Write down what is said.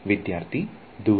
ವಿದ್ಯಾರ್ಥಿ ದೂರ